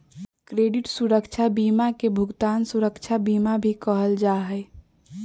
credit सुरक्षा बीमा के भुगतान सुरक्षा बीमा भी कहल जा हई